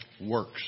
works